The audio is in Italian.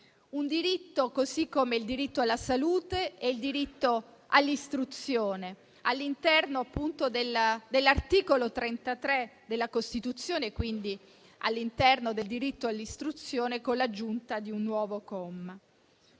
un diritto, così come il diritto alla salute e il diritto all'istruzione, all'interno dell'articolo 33 della Costituzione, e quindi all'interno del diritto all'istruzione, con l'aggiunta di un nuovo comma.